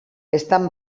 estan